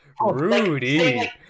rudy